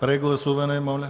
ПРЕДСЕДАТЕЛ